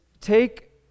take